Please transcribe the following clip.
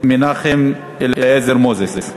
מנחם אליעזר מוזס.